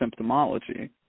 symptomology